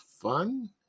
fun